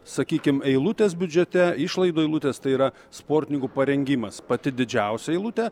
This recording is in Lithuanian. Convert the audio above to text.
sakykim eilutės biudžete išlaidų eilutės tai yra sportininkų parengimas pati didžiausia eilutė